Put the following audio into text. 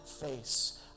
face